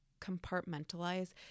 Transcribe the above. compartmentalize